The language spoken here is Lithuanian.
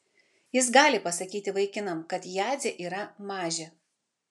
jis gali pasakyti vaikinam kad jadzė yra mažė